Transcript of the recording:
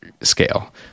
scale